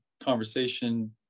conversation